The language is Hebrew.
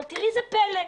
אבל תראי זה פלא,